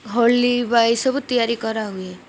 ହୋଲି ବା ଏସବୁ ତିଆରି କରାହୁଏ